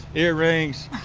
earrings.